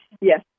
Yes